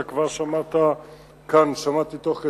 אתה כבר שמעת כאן הערה, תוך כדי: